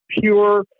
pure